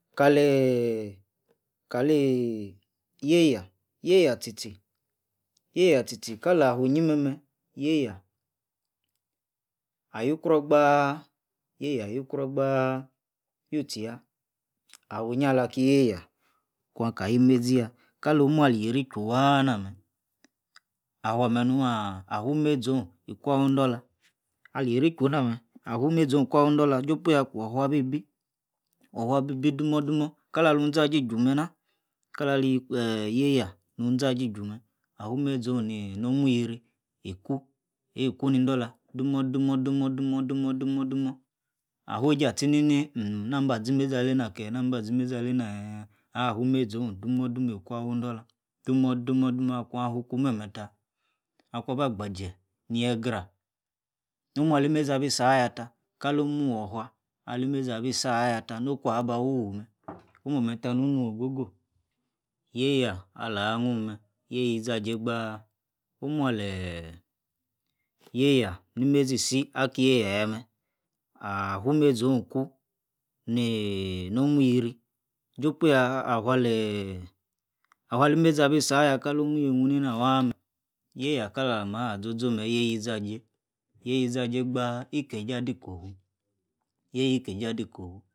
kaleh-kali yieya-yie yieya tie tie tie tie kalah awuyi mem yieya ayor-ukru gba yieya ayor ukru gba utie ya awuyi ala kia yieya kwa ka, yie mesiya nomu-ali-hierie ichu-wa namen awa mem nu, awu imezoh iku awu idola ali hierie ichu na-mer afu mezo iku awu idola jopu ya akwo wufua abi-bi domo-domo kalu zajie aka gba-jie me ni-kala li, yieya izajie aki-ju mer afu mezo nomu erie iku ni-idola domodomo afu-ejie afie ni-ni mba azi mezi alena ya, ya afu imezo domo-domo iku awi idola domo-domo aki afu ku memeta aku aba agbaje yiegreh nomu ali mezi abi seya ta kali omu wufua ali-imeza abi-seya ta no-oku aba wowu mem omu ameta yieya ala anu mem yieya izajie gba omu aleyi yieya ni-imezi isiakie yieya na afu imezi oh iku eeh nomu hierie jopa afu alimezi abi seya kalo-mu yienu waa mem yiega kalama aha zozo-mer yieya izajie yieja izajie əba ikejie adi kolu yieya kejie adi koku